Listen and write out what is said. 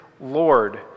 Lord